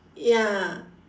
ya